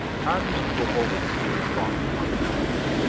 tom used to go over to see his foster mother now and then,